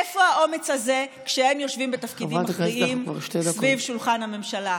איפה האומץ הזה כשהם יושבים בתפקידים אחרים סביב שולחן הממשלה?